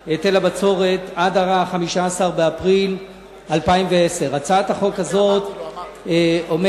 היטל הבצורת עד 15 באפריל 2010. הצעת החוק הזאת אומרת